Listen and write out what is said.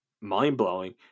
mind-blowing